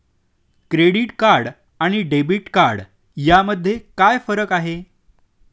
Credit card आणि debit card यामध्ये काय फरक आहे?